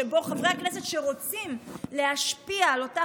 שבו חברי הכנסת שרוצים להשפיע על אותה